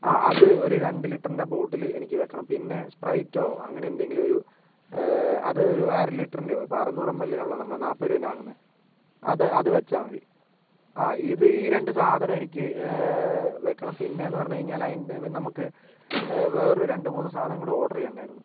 ആ അത് ഒരു രണ്ട് ലിറ്ററിൻ്റെ ബോട്ടിൽ എനിക്ക് വെക്കണം പിന്നെ സ്പ്രൈറ്റോ അങ്ങനെ എന്തെങ്കിലും ഒരു അത് ഒരു അര ലിറ്ററിൻ്റെയോ ഇപ്പം അറുനൂറ് എംഎൽ ആണല്ലോ നമ്മൾ നാൽപ്പത് രൂപേൻ്റെ വാങ്ങുന്നത് അതെ അത് വെച്ചാൽ മതി ആ ഇത് ഈ രണ്ടു സാധനം എനിക്ക് വെക്കണം പിന്നെയെന്ന് പറഞ്ഞു കഴിഞ്ഞാൽ അതിൻ്റെ നമുക്ക് വേറൊരു രണ്ടുമൂന്നു സാധനം കൂടി ഓർഡർ ചെയ്യാൻ ഉണ്ടായിരുന്നു